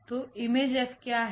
तो Im F क्या है